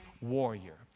warrior